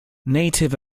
native